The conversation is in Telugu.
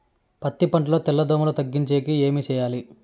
పత్తి పంటలో తెల్ల దోమల తగ్గించేకి ఏమి చేయాలి?